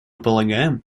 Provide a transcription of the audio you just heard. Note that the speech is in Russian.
полагаем